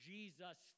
Jesus